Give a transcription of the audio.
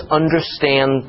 understand